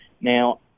Now